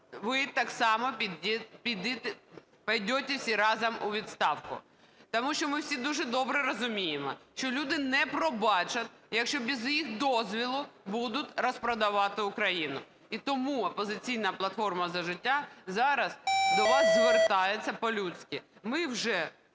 ви так само підете всі разом у відставку. Тому що ми всі дуже добре розуміємо, що люди не пробачать, якщо без їх дозволу будуть розпродавати Україну. І тому "Опозиційна платформа – За життя" зараз до вас звертається по-людськи. Ми вже